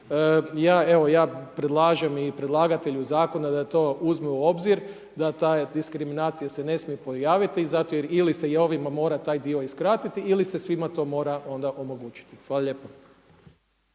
ja predlažem i predlagatelju zakona da to uzme u obzir, da ta diskriminacija se ne smije pojavit zato jer ili se i ovima mora taj dio uskratiti ili se svima to mora onda omogućiti. Hvala lijepa.